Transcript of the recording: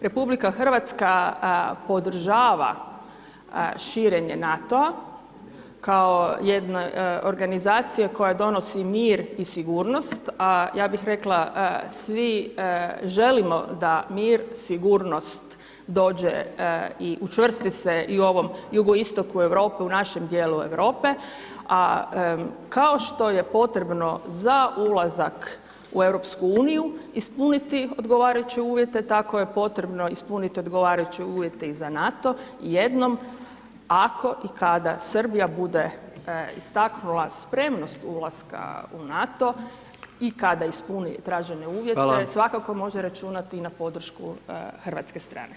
RH podržava širenje NATO-a kao jedna organizacija koja donosi mir i sigurnost a ja bih rekla svi želimo da mir, sigurnost dođe i učvrsti i u ovom jugoistoku Europe, u našem djelu Europe, a kao što je potrebno za ulazak u EU ispuniti odgovarajuće uvjete, tako je potrebno ispuniti odgovarajuće uvjete i za NATO, jednom ako i kada Srbija bude istaknula spremnost ulaska u NATO i kada ispuni tražene uvjete, svakako može računati na podršku Hrvatske strane.